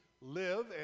live